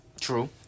True